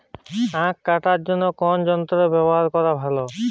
আঁখ কাটার জন্য কোন যন্ত্র ব্যাবহার করা ভালো?